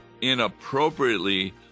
inappropriately